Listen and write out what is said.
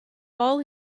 all